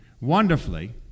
Wonderfully